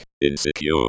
insecure